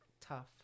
tough